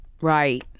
right